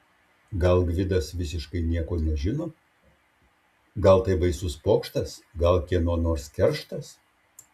gal gvidas visiškai nieko nežino gal tai baisus pokštas gal kieno nors kerštas